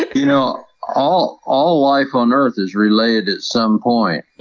you know, all all life on earth is related at some point.